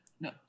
no